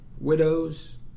widows